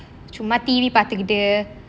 சும்மா:summa T_V பார்த்துகிட்டு:paarthukittu